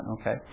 Okay